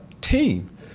team